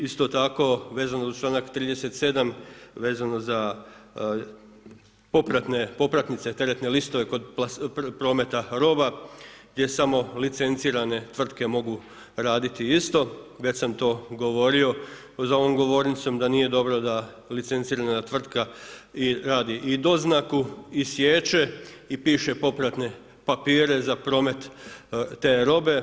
Isto tako vezano uz članak 37. vezano za popratnice teretne listove kod prometa roba gdje samo licencirane tvrtke mogu raditi isto već sam to govorio za ovom govornicom da nije dobro da licencirana tvrtka radi i doznaku i siječe i piše popratne papire za promet te robe.